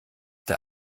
der